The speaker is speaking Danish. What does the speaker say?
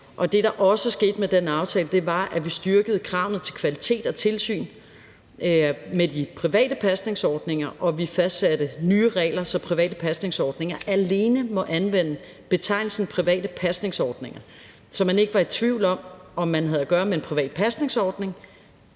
Det, der også skete med den aftale, var, at vi styrkede kravene til kvalitet og tilsyn med de private pasningsordninger, og at vi fastsatte nye regler, så private pasningsordninger alene må anvende betegnelsen private pasningsordninger, så man ikke var i tvivl om, om man havde at gøre med en privat pasningsordning,